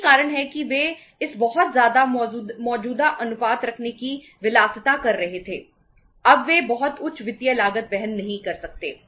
यही कारण है कि वे इस बहुत ज्यादा मौजूदा अनुपात रखने की विलासिता कर रहे थे अब वे बहुत उच्च वित्तीय लागत वहन नहीं कर सकते